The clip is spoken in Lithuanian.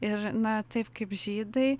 ir na taip kaip žydai